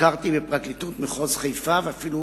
ביקרתי בפרקליטות מחוז חיפה, ואפילו